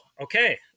okay